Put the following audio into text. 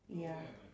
ya